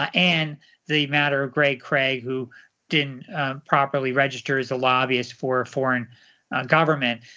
ah and the matter of greg craig, who didn't properly register as a lobbyist for a foreign government.